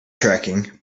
tracking